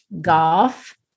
golf